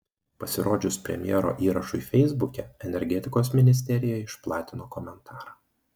pasirodžius premjero įrašui feisbuke energetikos ministerija išplatino komentarą